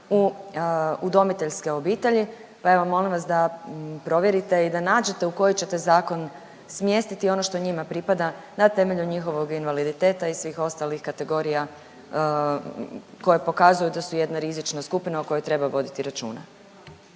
u udomiteljske obitelji, pa evo molim vas da provjerite i da nađete u koji ćete zakon smjestiti ono što njima pripada na temelju njihovog invaliditeta i svih ostalih kategorija koje pokazuju. To su jedne rizične skupine o kojoj treba voditi računa.